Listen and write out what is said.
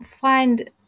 find